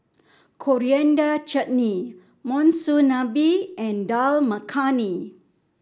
Coriander Chutney Monsunabe and Dal Makhani